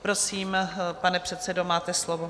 Prosím, pane předsedo, máte slovo.